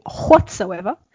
whatsoever